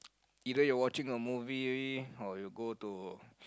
either you're watching a movie or you go to